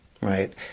right